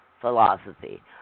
philosophy